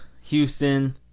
Houston